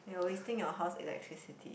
you're wasting your house electricity